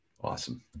Awesome